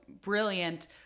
brilliant